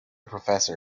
professor